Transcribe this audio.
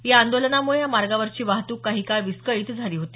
या आंदोलनामूळे या मार्गावरची वाहतूक काही काळ विस्कळीत झाली होती